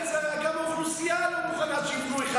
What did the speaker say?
אבל גם האוכלוסייה לא מוכנה שיבנו אחד על השני.